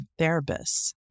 therapists